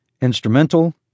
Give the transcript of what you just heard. instrumental